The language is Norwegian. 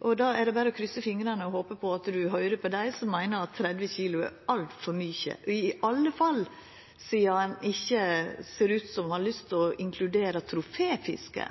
Då er det berre å kryssa fingrane og håpa på at statsråden høyrer på dei som meiner at 30 kilo er altfor mykje, i alle fall sidan ein ikkje ser ut til å ha lyst til å inkludera